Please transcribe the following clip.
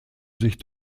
sich